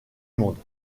monde